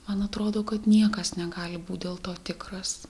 man atrodo kad niekas negali būt dėl to tikras